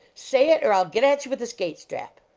say it, or i ll get at you with a skate-strap!